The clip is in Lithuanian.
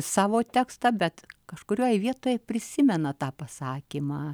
savo tekstą bet kažkurioj vietoj prisimena tą pasakymą